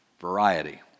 variety